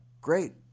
great